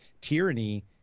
tyranny